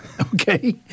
okay